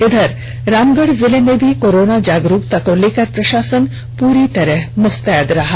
इधर रामगढ़ जिले में भी कोरोना जागरूकता को लेकर प्रषासन पूरी तरह मुस्तैद रही